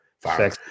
fire